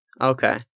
Okay